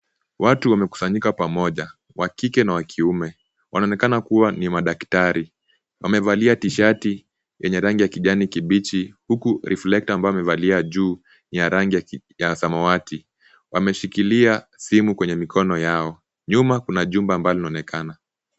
Watu wamekusanyika pamoja, wa kike na wakiume. Wanaonekana kuwa ni madaktari. Wamevalia tishati yenye rangi ya kijani kibichi huku reflector ambayo amevalia juu ni ya rangi ya samawati. Wameshikilia simu kwenye mikono yao. Nyuma kuna jumba ambalo linaonekana.